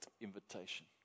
invitation